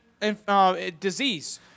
disease